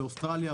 באוסטרליה,